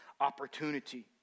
opportunity